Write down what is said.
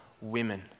women